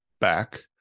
back